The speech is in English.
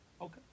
Okay